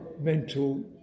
mental